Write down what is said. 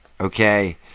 okay